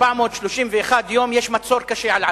1,431 יום יש מצור קשה על עזה.